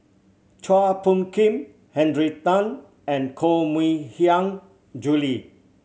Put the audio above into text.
Chua Phung Kim Henry Tan and Koh Mui Hiang Julie